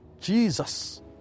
Jesus